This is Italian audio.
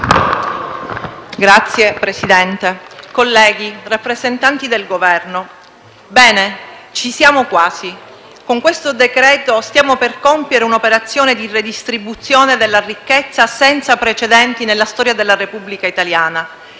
Signor Presidente, colleghi, rappresentanti del Governo, bene, ci siamo quasi. Con il decreto-legge in discussione stiamo per compiere un'operazione di redistribuzione della ricchezza senza precedenti nella storia della Repubblica italiana.